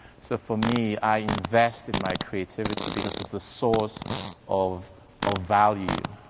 so for me, i invest in my creativity because it's the source of of value,